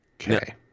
Okay